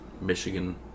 Michigan